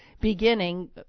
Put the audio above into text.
beginning